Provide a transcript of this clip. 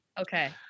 okay